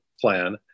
plan